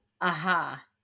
Aha